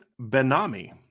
Benami